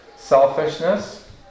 selfishness